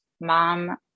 Mom